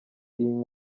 iyi